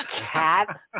cat